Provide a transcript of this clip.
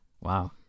Wow